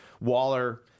Waller